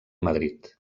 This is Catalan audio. madrid